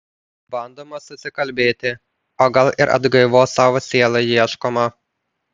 bandoma susikalbėti o gal ir atgaivos savo sielai ieškoma